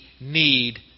need